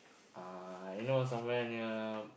uh you know somewhere near